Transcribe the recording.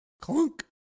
clunk